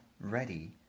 ready